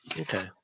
Okay